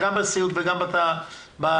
גם בסיעוד וגם בתעשייה,